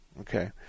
Okay